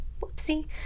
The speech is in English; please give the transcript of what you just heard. whoopsie